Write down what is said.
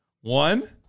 One